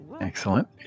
Excellent